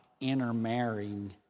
intermarrying